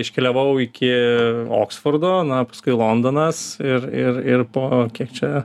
iškeliavau iki oksfordo na paskui londonas ir ir ir po kiek čia